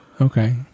Okay